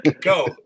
Go